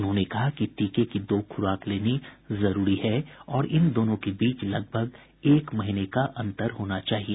उन्होंने कहा कि टीके की दो खुराक लेनी जरूरी है और इन दोनों के बीच लगभग एक महीने का अंतर होना चाहिए